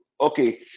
Okay